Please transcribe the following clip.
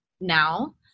now